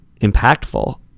impactful